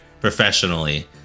professionally